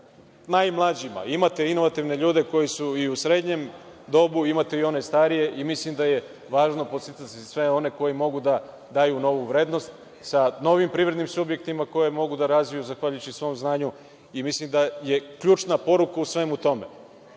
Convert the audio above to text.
o najmlađima. Imate inovativne ljude koji su u srednjem dobu, imate i one starije. Mislim da je važno podsticati sve one koji mogu da daju novu vrednost, sa novim privrednim subjektima koje mogu da razviju zahvaljujući svom znanju. Mislim da je ključna poruka u svemu tome